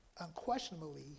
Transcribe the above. unquestionably